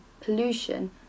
pollution